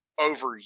over